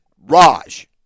Raj